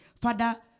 Father